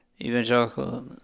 evangelical